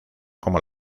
como